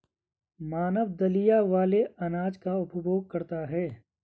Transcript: मानव दलिया वाले अनाज का उपभोग करता है